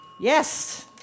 Yes